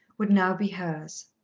would now be hers.